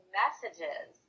messages